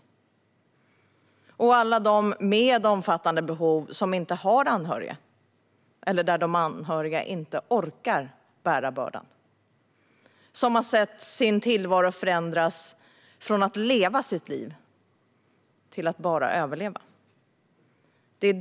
Assistansersättning handlar om alla dem med omfattande behov som inte har anhöriga eller har anhöriga som inte orkar bära bördan, som har sett sin tillvaro förändras från att leva sitt liv till att bara överleva.